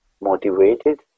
motivated